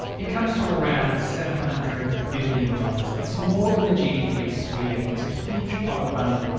it comes to around seven hundred billion dollars. it's more than the gdp of sweden. it's a huge pot of money.